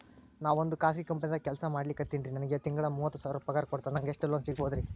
ನಾವೊಂದು ಖಾಸಗಿ ಕಂಪನಿದಾಗ ಕೆಲ್ಸ ಮಾಡ್ಲಿಕತ್ತಿನ್ರಿ, ನನಗೆ ತಿಂಗಳ ಮೂವತ್ತು ಸಾವಿರ ಪಗಾರ್ ಕೊಡ್ತಾರ, ನಂಗ್ ಎಷ್ಟು ಲೋನ್ ಸಿಗಬೋದ ರಿ?